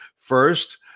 First